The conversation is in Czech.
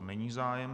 Není zájem.